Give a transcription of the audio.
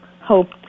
hope